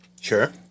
Sure